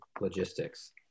logistics